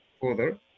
further